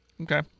Okay